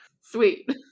Sweet